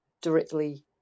directly